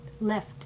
left